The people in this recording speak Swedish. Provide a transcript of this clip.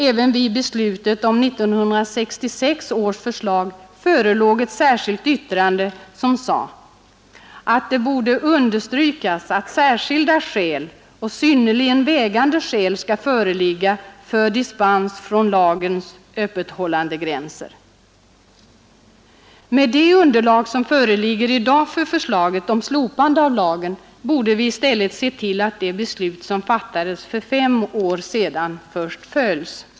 Även vid beslutet om 1966 års lag förelåg ett särskilt yttrande där det hette ”att det borde understrykas att särskilda skäl och synnerligen vägande skäl skall föreligga för dispens från lagens öppethållandegränser”. Med det underlag som föreligger i dag för förslaget om slopande av lagen borde vi i stället se till att det beslut som fattades för fem år sedan följs.